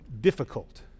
difficult